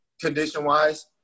condition-wise